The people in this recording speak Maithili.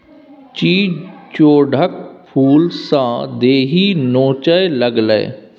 चिचोढ़क फुलसँ देहि नोचय लागलै